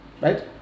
Right